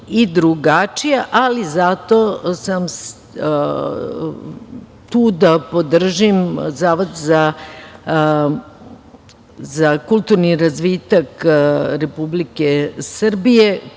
ali zato sam tu da podržim Zavod za kulturni razvitak Republike Srbije,